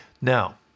Now